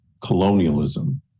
colonialism